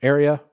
Area